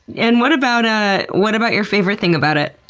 and what about ah what about your favorite thing about it?